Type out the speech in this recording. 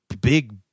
big